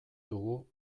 dugu